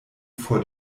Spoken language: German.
vor